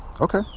Okay